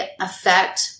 affect